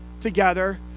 together